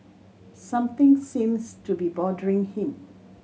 something seems to be bothering him